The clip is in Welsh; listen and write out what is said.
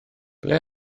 ble